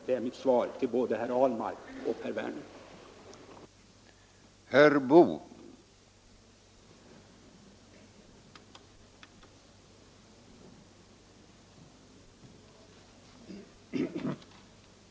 Det är mitt svar till både herr Ahlmark och herr Werner i Malmö.